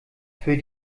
für